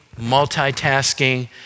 multitasking